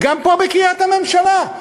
גם פה בקריית הממשלה,